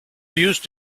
used